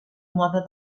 moda